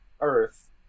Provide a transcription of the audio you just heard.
Earth